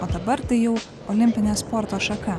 o dabar tai jau olimpinė sporto šaka